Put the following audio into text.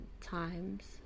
times